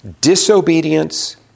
disobedience